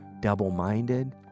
double-minded